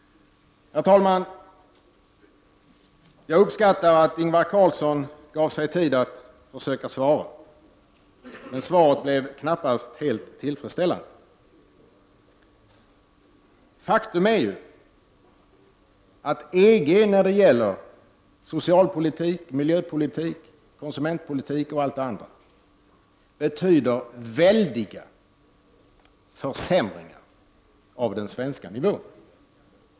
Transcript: Herr talman! Jag uppskattar att Ingvar Carlsson gav sig tid att försöka svara, men svaret blev knappast helt tillfredsställande. Faktum är ju att EG när det gäller socialpolitik, miljöpolitik, konsumentpolitik och allt det andra betyder väldiga försämringar av den svenska nivån.